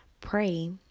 pray